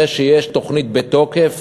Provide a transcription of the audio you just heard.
שזה שיש תוכנית בתוקף